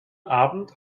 abend